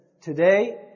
Today